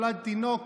נולד תינוק